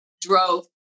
drove